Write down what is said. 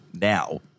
Now